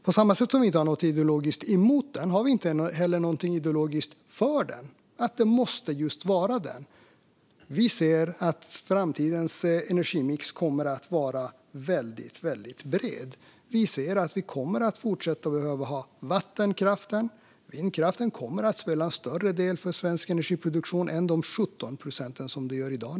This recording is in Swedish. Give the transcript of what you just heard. På samma sätt som vi inte har något ideologiskt emot kärnkraften har vi inte heller något ideologiskt för den, att det måste vara just den. Vi ser att framtidens energimix kommer att vara bred, och vi ser att vi kommer att fortsätta att behöva vattenkraften. Vindkraften kommer att utgöra en större del av svensk energiproduktion än de 17 procenten i dag.